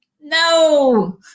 No